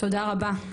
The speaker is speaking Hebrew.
תודה רבה.